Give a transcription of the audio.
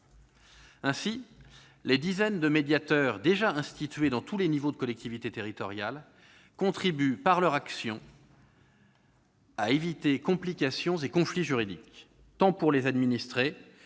Ainsi, les dizaines de médiateurs, déjà institués dans tous les niveaux de collectivités territoriales, contribuent, par leur action, à éviter complications et conflits juridiques, tant pour les administrés